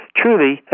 truly